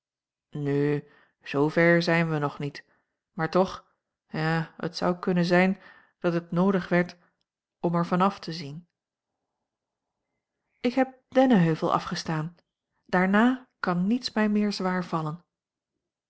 nu zoover zijn we nog niet maar toch ja het zou kunnen zijn dat het noodig werd om er van af te zien ik heb dennenheuvel afgestaan daarna kan niets mij meer zwaar vallen